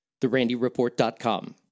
therandyreport.com